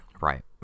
Right